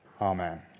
amen